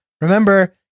Remember